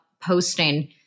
posting